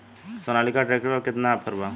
Sonalika tractor पर केतना offer बा?